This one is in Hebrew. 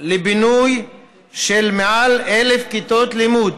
לבינוי של יותר מ-1,000 כיתות לימוד